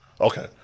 Okay